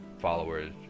followers